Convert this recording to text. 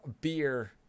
beer